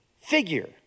figure